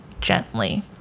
gently